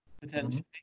Potentially